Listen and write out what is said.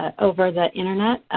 ah over the internet.